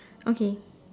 okay